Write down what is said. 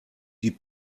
die